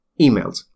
emails